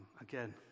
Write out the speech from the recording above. Again